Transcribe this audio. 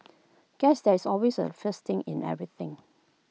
guess there is always A first in everything